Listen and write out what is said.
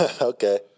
okay